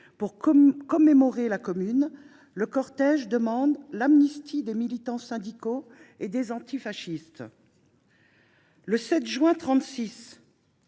pour commémorer la Commune, le cortège demande l’amnistie des militants syndicaux et des antifascistes. Le 7 juin 1936,